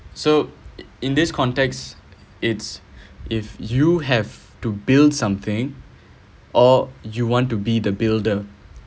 so in this context it's if you have to build something or you want to be the builder